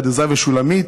יד עזרא ושולמית,